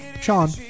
sean